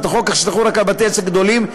החוק כך שיחול רק על בתי-עסק גדולים,